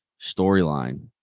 storyline